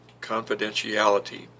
confidentiality